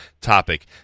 topic